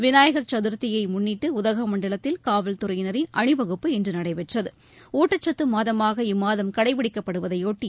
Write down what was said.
விநாயகர் சதுர்த்தியை முன்னிட்டு உதகமண்டலத்தில் காவல்துறையினரின் அணிவகுப்பு இன்று நடைபெற்றது ஊட்டச்சத்து மாதமாக இம்மாதம் கடைபிடிக்கப்படுவதையொட்டி